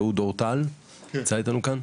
אהוד אור-טל כאן איתנו,